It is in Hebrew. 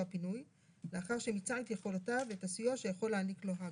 הפינוי לאחר שמיצה את יכולותיו ואת הסיוע שיכול להעניק לו הג"א.